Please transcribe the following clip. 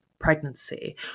pregnancy